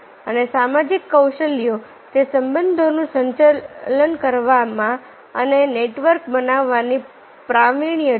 અને સામાજિક કૌશલ્યો તે સંબંધોનું સંચાલન કરવામાં અને નેટવર્ક બનાવવાની પ્રાવીણ્ય છે